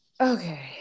okay